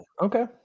Okay